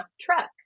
truck